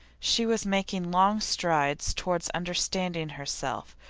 she was making long strides toward understanding herself,